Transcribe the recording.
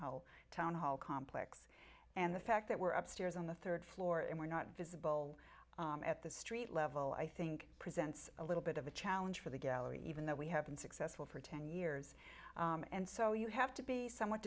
hall complex and the fact that we're upstairs on the third floor and we're not visible at the street level i think presents a little bit of a challenge for the gallery even though we have been successful for ten years and so you have to be somewhat